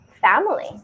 family